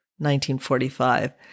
1945